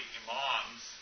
imams